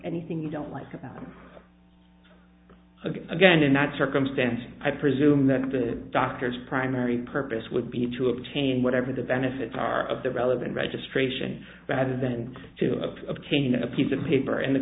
anything you don't like about again in that circumstance i presume that the doctor's primary purpose would be to obtain whatever the benefits are of the relevant registration rather than to obtain a piece of paper and the